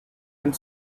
and